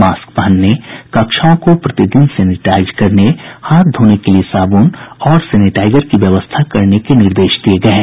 mask पहनने कक्षाओं को प्रतिदिन सेनेटाईज करने हाथ धोने के लिये साबुन और सेनेटाइजर की व्यवस्था करने के निर्देश दिये गये हैं